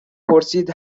پرسید